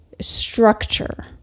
structure